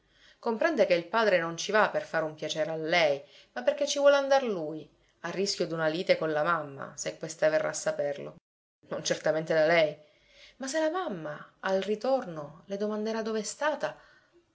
comprende che il padre non ci va per fare un piacere a lei ma perché ci vuole andar lui a rischio d'una lite con la mamma se questa verrà a saperlo non certamente da lei ma se la mamma al ritorno le domanderà dove è stata